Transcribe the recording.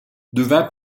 devint